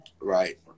Right